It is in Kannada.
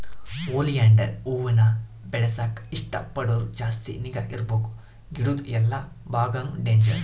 ಓಲಿಯಾಂಡರ್ ಹೂವಾನ ಬೆಳೆಸಾಕ ಇಷ್ಟ ಪಡೋರು ಜಾಸ್ತಿ ನಿಗಾ ಇರ್ಬಕು ಗಿಡುದ್ ಎಲ್ಲಾ ಬಾಗಾನು ಡೇಂಜರ್